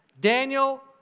Daniel